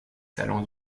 salons